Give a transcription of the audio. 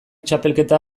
txapelketa